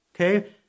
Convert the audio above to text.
Okay